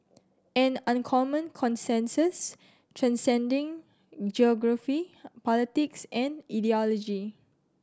an uncommon consensus transcending geography politics and ideology